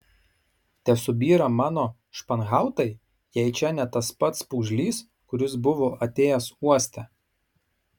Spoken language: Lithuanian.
tesubyra mano španhautai jei čia ne tas pats pūgžlys kuris buvo atėjęs uoste